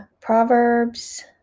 Proverbs